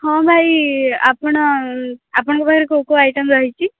ହଁ ଭାଇ ଆପଣ ଆପଣଙ୍କ ପାଖରେ କେଉଁ କେଉଁ ଆଇଟମ୍ ରହିଛି